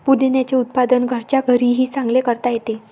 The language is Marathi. पुदिन्याचे उत्पादन घरच्या घरीही चांगले करता येते